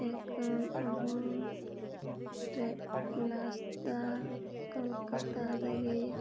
account ꯑꯍꯨꯝ track ꯂꯥꯁꯇ ꯀꯣꯜꯀꯇꯥꯗꯒꯤ